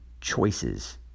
choices